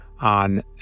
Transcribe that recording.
on